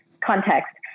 context